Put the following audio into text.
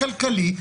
כלכלי.